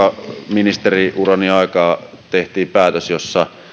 ministeriurani aikaa tehtiin päätös jossa